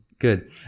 Good